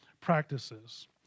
practices